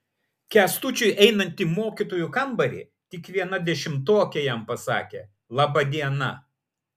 kęstučiui einant į mokytojų kambarį tik viena dešimtokė jam pasakė laba diena